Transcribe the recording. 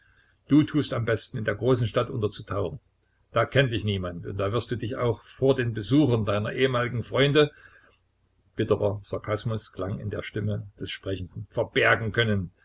du tust am besten in der großen stadt unterzutauchen da kennt dich niemand und da wirst du dich auch vor den besuchen deiner ehemaligen freunde bitterer sarkasmus klang in der stimme des sprechenden verbergen können